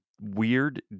weird